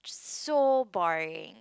so boring